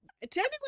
technically